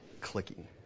clicking